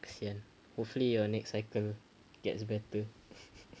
sian hopefully your next cycle gets better